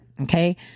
okay